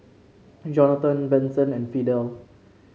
Jonathon Benson and Fidel